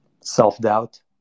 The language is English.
Self-doubt